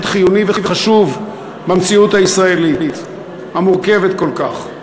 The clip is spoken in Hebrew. חיוני וחשוב במציאות הישראלית המורכבת כל כך.